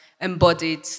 embodied